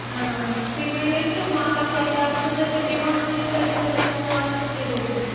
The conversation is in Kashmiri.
اۭں تُہۍ ؤنِو تُہۍ مطلب کیٛاہ کیٛاہ آسیو تۄہہِ تہٕ بیٚیہِ مَہ آسہِ کیٚنٛہہ سٔروِس سٔروِس اَسہِ لایَک تہٕ تُہۍ ؤنۍزیو